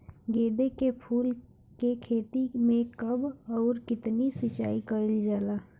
गेदे के फूल के खेती मे कब अउर कितनी सिचाई कइल जाला?